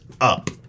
up